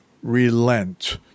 relent